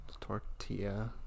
tortilla